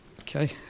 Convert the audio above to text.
Okay